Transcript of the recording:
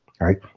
right